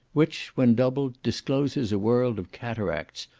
which, when doubled, discloses a world of cataracts,